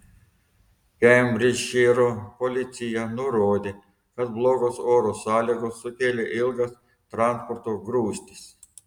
kembridžšyro policija nurodė kad blogos oro sąlygos sukėlė ilgas transporto grūstis